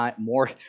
more